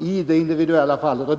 i det enskilda fallet.